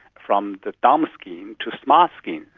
from the dumb skin to smart skin.